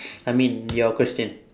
I mean your question